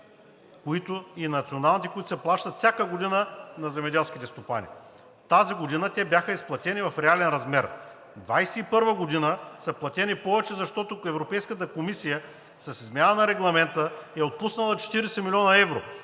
и националните, които се плащат всяка година на земеделските стопани. Тази година те бяха изплатени в реален размер. През 2021 г. са платени повече, защото Европейската комисия с изменение на Регламента е отпуснала 40 млн. евро,